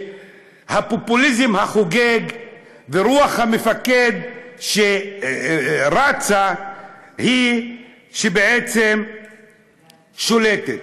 הפופוליזם החוגג ורוח המפקד שרצה היא שבעצם שולטת.